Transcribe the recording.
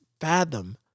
fathom